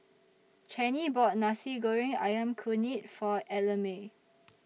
Channie bought Nasi Goreng Ayam Kunyit For Ellamae